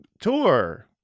tour